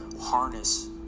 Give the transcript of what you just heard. harness